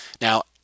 Now